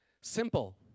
Simple